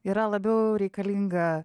yra labiau reikalinga